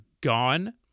gone